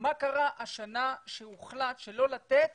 מה קרה השנה שהוחלט שלא לתת